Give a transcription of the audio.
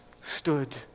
stood